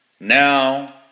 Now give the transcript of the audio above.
now